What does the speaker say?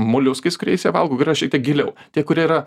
moliuskais kuriais jie valgo kur yra šiek tiek giliau tie kurie yra